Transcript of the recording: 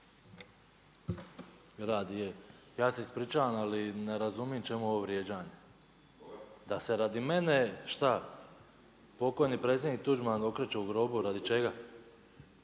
ne čuje./… Ja se ispričavam, ali ne razumijem čemu ovo vrijeđanje, da se radi mene, šta, pokojni predsjednik Tuđman okreće u grobu, radi čega?